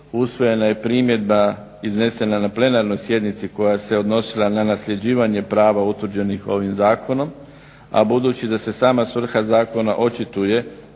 usvojena je primjedba iznesena na plenarnoj sjednici koja se odnosila na nasljeđivanje prava utvrđenih ovim zakonom, a budući da se sama svrha zakona očituje